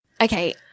Okay